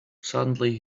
suddenly